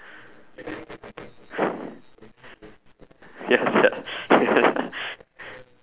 yes ya